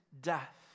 death